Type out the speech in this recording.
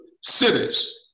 cities